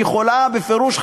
והיא יכולה בפירוש,